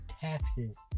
taxes